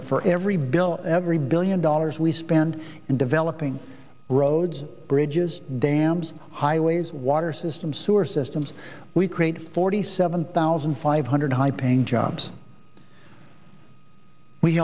that for every bill every billion dollars we spend in developing roads bridges dams highways water systems sewer systems we create forty seven thousand five hundred high paying jobs we